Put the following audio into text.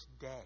day